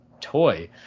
toy